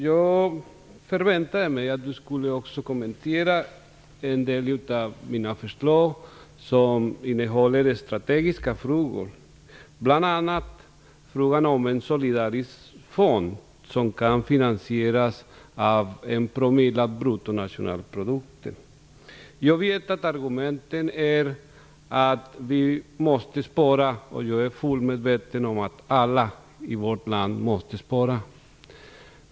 Jag förväntade mig att arbetsmarknadsministern också skulle kommentera de av mina förslag som innefattar strategiska frågor, bl.a. frågan om en solidarisk fond som kan finansieras genom att avsätta en promille av bruttonationalprodukten. Jag vet att argumentet mot är att vi måste spara, och jag är fullt medveten om att alla i vårt land måste spara.